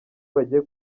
bagiye